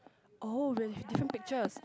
oh really different pictures